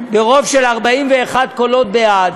ברוב של 41 קולות בעד,